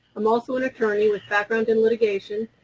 i'm also an attorney with background in litigation,